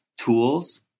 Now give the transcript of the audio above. tools